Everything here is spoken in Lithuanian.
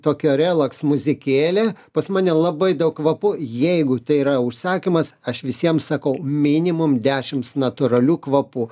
tokia relaks muzikėlė pas mane labai daug kvapų jeigu tai yra užsakymas aš visiems sakau minimum dešimts natūralių kvapų